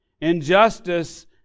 injustice